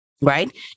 right